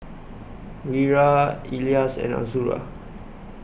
Wira Elyas and Azura